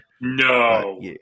no